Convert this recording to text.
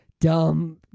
dumb